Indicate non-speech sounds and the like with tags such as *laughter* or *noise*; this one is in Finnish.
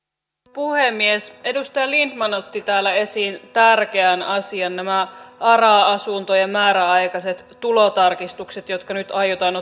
puhemies edustaja lindtman otti täällä esiin tärkeän asian nämä ara asuntojen määräaikaiset tulotarkistukset jotka nyt aiotaan *unintelligible*